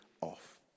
off